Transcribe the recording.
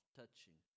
touching